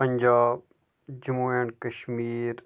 Punjab Jammu and Kashmir